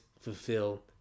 fulfill